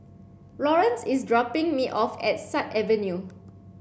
Lawrence is dropping me off at Sut Avenue